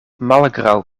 malgraŭ